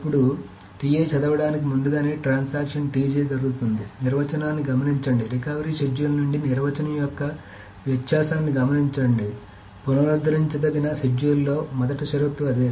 అప్పుడు చదవడానికి ముందుగానే ట్రాన్సాక్షన్ జరుగుతుంది నిర్వచనాన్ని గమనించండి రికవరీ షెడ్యూల్ నుండి నిర్వచనం యొక్క వ్యత్యాసాన్ని గమనించండి పునరుద్ధరించదగిన షెడ్యూల్లో మొదటి షరతు అదే